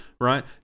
right